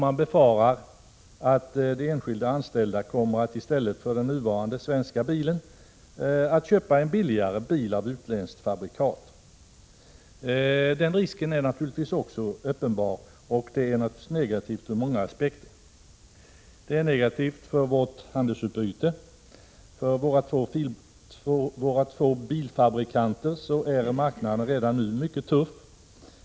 Man befarar att de enskilda anställda kommer att i stället för den nuvarande svenska bilen köpa en billigare bil av utländskt fabrikat. Den risken är uppenbar. Detta är negativt ur många aspekter. För det första är det negativt för vårt handelsutbyte. För våra två bilfabrikanter är marknaden redan nu mycket tuff.